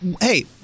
Hey